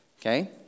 okay